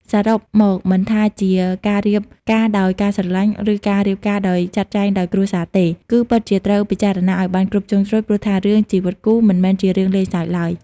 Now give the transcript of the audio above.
សរុបមកមិនថាការរៀបការដោយការស្រលាញ់ ឬការរៀបការដោយចាត់ចែងដោយគ្រួសារទេ គឺពិតជាត្រូវពិចារណាឲ្យបានគ្រប់ជ្រុងជ្រោយ ព្រោះថា រឿងជីវិតគូមិនមែនជារឿងលេងសើចឡើយ។